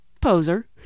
Poser